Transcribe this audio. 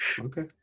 Okay